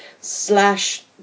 slash